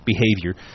behavior